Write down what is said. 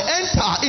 enter